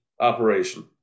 operation